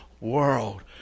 world